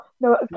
no